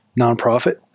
nonprofit